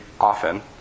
often